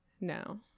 No